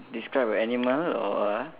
describe a animal or a